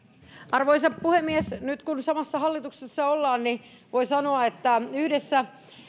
arvoisa puhemies nyt kun samassa hallituksessa ollaan niin voi sanoa että yhdessä